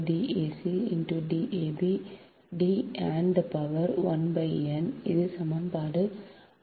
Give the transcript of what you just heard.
D an the power 1 n இது சமன்பாடு 50 ஆகும்